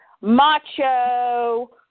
macho